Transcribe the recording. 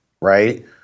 Right